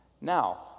Now